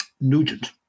Nugent